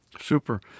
Super